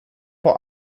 vor